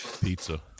Pizza